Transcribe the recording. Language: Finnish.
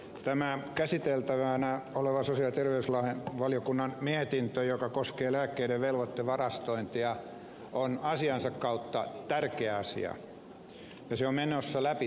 tämä käsiteltävänä oleva sosiaali ja terveysvaliokunnan mietintö joka koskee lääkkeiden velvoitevarastointia on asiansa kautta tärkeä ja se on menossa läpi tällaisenaan